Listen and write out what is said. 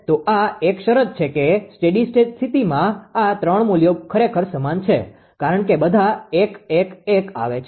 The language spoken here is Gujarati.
તો આ એક શરત છે કે સ્ટેડી સ્ટેટ સ્થિતિમાં આ 3 મુલ્યો ખરેખર સમાન છે કારણ કે બધા 1 1 1 આવે છે